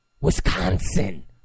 Wisconsin